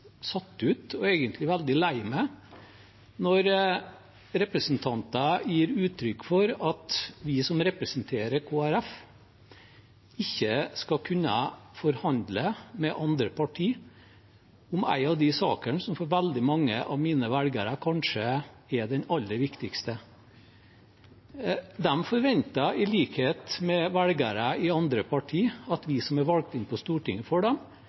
satt ut, og egentlig veldig lei meg, når representanter gir uttrykk for at vi som representerer Kristelig Folkeparti, ikke skal kunne forhandle med andre partier om en av de sakene som for veldig mange av mine velgere kanskje er den aller viktigste. De forventer, i likhet med velgerne til andre partier, at vi som er valgt inn på Stortinget for dem,